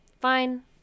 fine